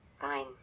Fine